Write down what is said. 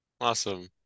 Awesome